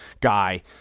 guy